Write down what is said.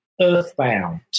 earthbound